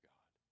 God